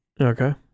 Okay